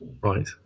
Right